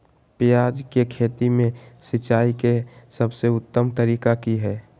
प्याज के खेती में सिंचाई के सबसे उत्तम तरीका की है?